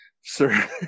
sir